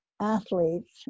athletes